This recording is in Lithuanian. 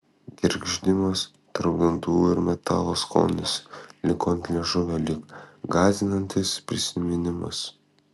gergždimas tarp dantų ir metalo skonis liko ant liežuvio lyg gąsdinantis prisiminimas